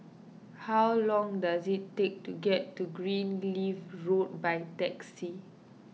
how long does it take to get to Greenleaf Road by taxi